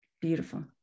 Beautiful